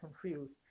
confused